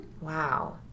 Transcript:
Wow